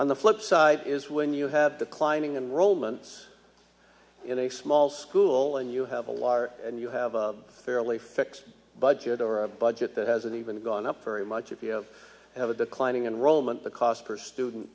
on the flip side is when you have declining enrollment in a small school and you have a liar and you have a fairly fixed budget over a budget that hasn't even gone up very much if you have a declining enrollment the cost per student